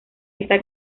esta